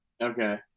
Okay